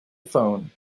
phone